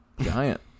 Giant